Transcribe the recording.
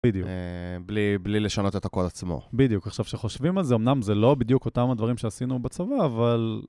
בלי לשנות את הקוד עצמו. בדיוק, עכשיו, כשחושבים על זה, אמנם זה לא בדיוק אותם הדברים שעשינו בצבא, אבל...